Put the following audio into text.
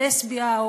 הלסבי,